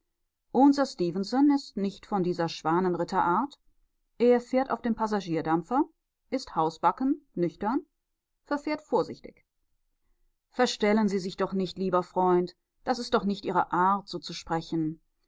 ist nicht von dieser schwanenritterart er fährt auf dem passagierdampfer ist hausbacken nüchtern verfährt vorsichtig verstellen sie sich doch nicht lieber freund das ist doch nicht ihre art so zu sprechen